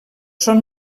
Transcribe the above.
són